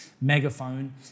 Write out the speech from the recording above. megaphone